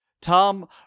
Tom